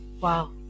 Wow